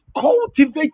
cultivate